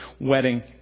wedding